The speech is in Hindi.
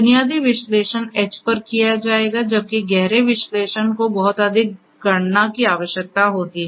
बुनियादी विश्लेषण ऐड्ज पर किया जाएगा जबकि गहरे विश्लेषण को बहुत अधिक गणना की आवश्यकता होती है